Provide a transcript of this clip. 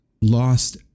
lost